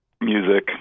music